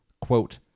quote